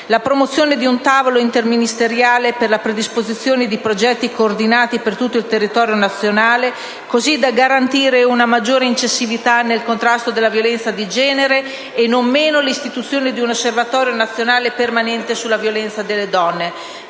la promozione di un tavolo interministeriale per la predisposizione di progetti coordinati per tutto il territorio nazionale, così da garantire una maggiore incisività nel contrasto alla violenza di genere, e non meno l'istituzione di un Osservatorio nazionale permanente sulla violenza alle donne»